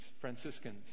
Franciscans